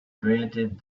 granted